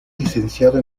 licenciado